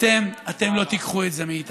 ואתם, אתם לא תיקחו את זה מאיתנו.